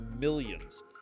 millions